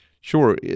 Sure